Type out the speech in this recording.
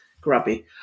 grubby